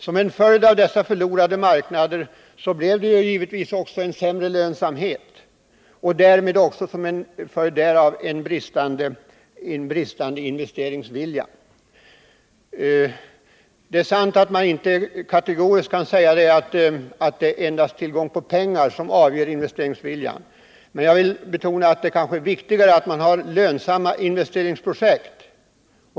Som en följd av dessa förlorade marknader fick givetvis våra industriföretag än sämre lönsamhet, och detta medförde i sin tur en bristande investeringsvilja. Man kan inte kategoriskt säga att det endast är tillgång på pengar som avgör investeringsviljan, utan jag vill betona att det kanske är viktigare att det finns lönsamma investeringsprojekt.